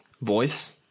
Voice